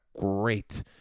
Great